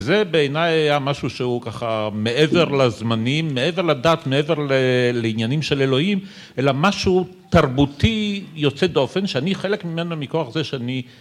זה בעיניי היה משהו שהוא ככה, מעבר לזמנים, מעבר לדת, מעבר לעניינים של אלוהים, אלא משהו תרבותי יוצא דופן שאני חלק ממנו מכוח זה שאני...